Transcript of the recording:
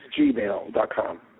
gmail.com